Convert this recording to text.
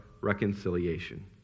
reconciliation